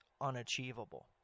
unachievable